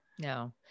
No